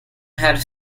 had